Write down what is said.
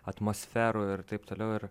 atmosferų ir taip toliau ir